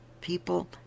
People